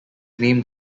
named